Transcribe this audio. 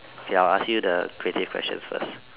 okay I'll ask you the creative questions first